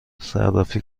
صرافی